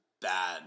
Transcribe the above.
bad